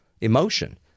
emotion